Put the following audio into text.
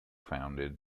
founded